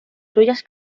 suyas